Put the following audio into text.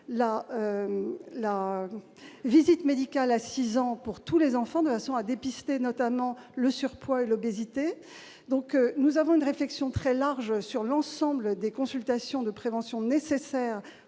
la visite médicale à 6 ans pour tous les enfants de façon à dépister notamment le surpoids et l'obésité, donc nous avons une réflexion très large sur l'ensemble des consultations de prévention nécessaire